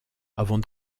avant